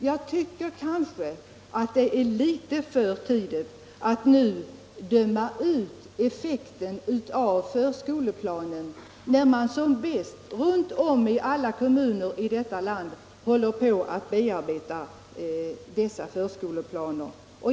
Jag tycker kanske att det är litet för tidigt att nu döma ut effekten av förskoleplanen, när man som bäst runt om i alla landets kommuner håller på att bearbeta den.